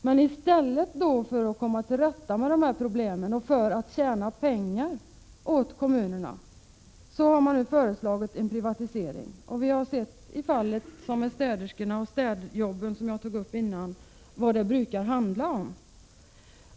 Men i stället för att försöka komma till rätta med dessa problem har man nu, för att spara pengar åt kommunerna, föreslagit en privatisering. Vi har i fallet med städerskorna, som jag berörde, sett vad det brukar handla om.